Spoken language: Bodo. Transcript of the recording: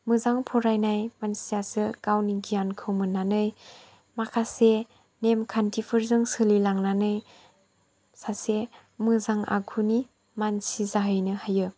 मोजां फरायनाय मानसिआसो गावनि गियानखौ मोननानै माखासे नेमखान्थिफोरजों सोलिलांनानै सासे मोजां आखुनि मानसि जाहैनो हायो